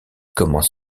commence